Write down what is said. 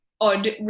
odd